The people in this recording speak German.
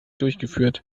durchgeführt